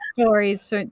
stories